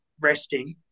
resting